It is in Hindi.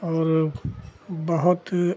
और बहुत ही